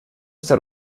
está